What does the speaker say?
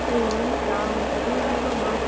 ए हुन्छ हुन्छ thank you so much